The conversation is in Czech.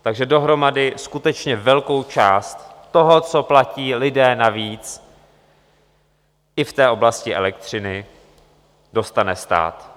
Takže dohromady skutečně velkou část toho, co platí lidé navíc i v té oblasti elektřiny, dostane stát.